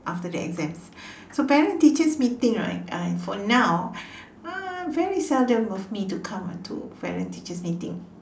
after the exams so parent teachers meeting right uh for now uh very seldom of me to come to parent teachers meeting